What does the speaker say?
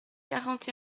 quarante